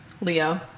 Leo